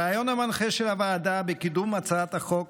הרעיון המנחה של הוועדה בקידום הצעת החוק